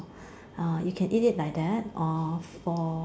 uh you can eat it like that or for